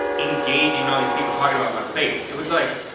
engaging all these people talking about my faith. it was like.